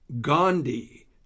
Gandhi